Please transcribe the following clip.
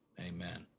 Amen